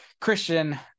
Christian